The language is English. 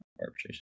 arbitration